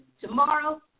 tomorrow